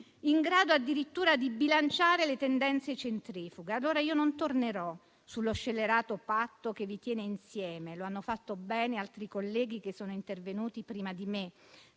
in grado addirittura di bilanciare le tendenze centrifughe. Allora io non tornerò sullo scellerato patto che vi tiene insieme - lo hanno fatto bene altri colleghi che sono intervenuti prima di me